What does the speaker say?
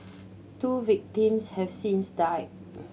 two victims have since died